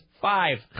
five